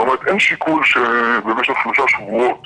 זאת אומרת אין שיקול שבמשך שלושה שבועות